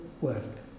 world